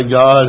God